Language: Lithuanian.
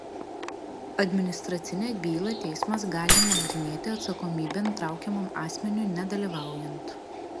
administracinę bylą teismas gali nagrinėti atsakomybėn traukiamam asmeniui nedalyvaujant